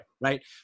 right